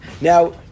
now